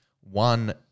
One